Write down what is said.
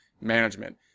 management